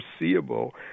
foreseeable